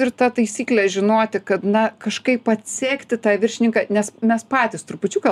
ir ta taisyklė žinoti kad na kažkaip atsekti tą viršininką nes mes patys trupučiuką